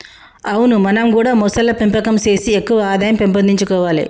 అవును మనం గూడా మొసళ్ల పెంపకం సేసి ఎక్కువ ఆదాయం పెంపొందించుకొవాలే